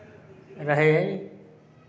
रहै